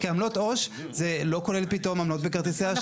כי עמלות עו"ש זה לא כולל פתאום עמלות בכרטיסי אשראי.